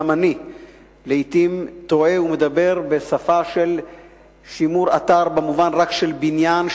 גם אני לעתים טועה ומדבר בשפה של שימור אתר רק במובן של בניין,